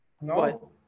no